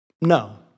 No